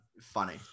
Funny